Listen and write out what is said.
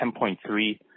10.3